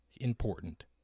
important